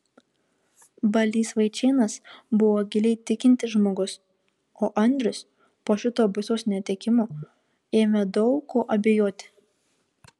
balys vaičėnas buvo giliai tikintis žmogus o andrius po šito baisaus netekimo ėmė daug kuo abejoti